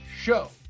show